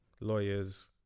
lawyers